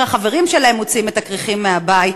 החברים שלהם מוציאים את הכריכים מהבית,